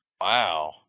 Wow